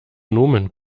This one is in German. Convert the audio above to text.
nomen